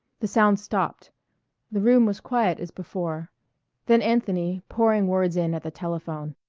the sound stopped the room was quiet as before then anthony pouring words in at the telephone.